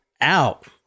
out